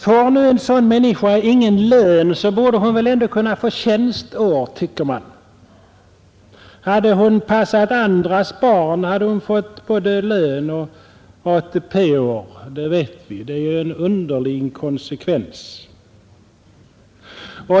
Får nu en sådan människa ingen lön, borde hon väl ändå kunna få tjänstår, tycker man. Hade hon passat andras barn, hade hon fått både lön och ATP-år, det vet vi. Det är en underlig inkonsekvens.